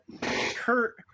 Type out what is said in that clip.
Kurt